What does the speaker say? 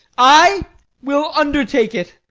i will undertake it.